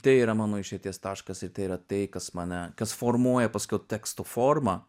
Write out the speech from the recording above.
tai yra mano išeities taškas ir tai yra tai kas mane kas formuoja paskui teksto formą